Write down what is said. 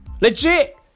Legit